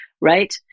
right